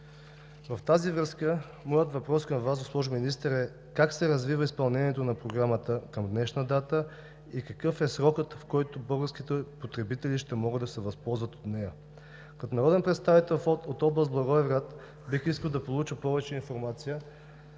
В тази връзка моят въпрос към Вас, госпожо Министър, е: как се развива изпълнението на Програмата към днешна дата и какъв е срокът, в който българските потребители ще могат да се възползват от нея? Като народен представител от област Благоевград бих искал да получа повече информация